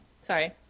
sorry